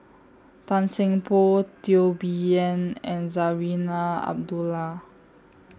Tan Seng Poh Teo Bee Yen and Zarinah Abdullah